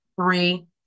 three